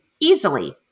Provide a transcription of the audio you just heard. Easily